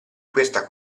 questa